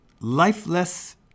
lifeless